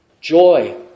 Joy